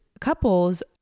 couples